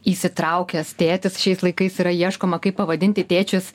įsitraukęs tėtis šiais laikais yra ieškoma kaip pavadinti tėčius